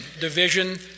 Division